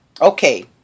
Okay